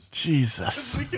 Jesus